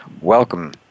Welcome